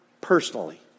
personally